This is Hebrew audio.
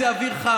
זה אוויר חם.